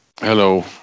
hello